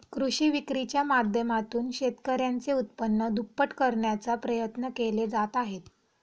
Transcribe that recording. कृषी विक्रीच्या माध्यमातून शेतकऱ्यांचे उत्पन्न दुप्पट करण्याचा प्रयत्न केले जात आहेत